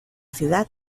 ciudad